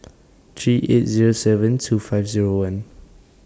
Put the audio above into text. three eight Zero seven two five Zero one